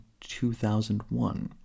2001